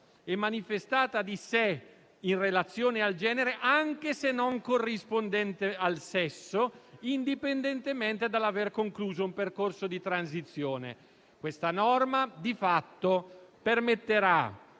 e manifestata di sé in relazione al genere, anche se non corrispondente al sesso, indipendentemente dall'aver concluso un percorso di transizione». Questa norma, di fatto, permetterà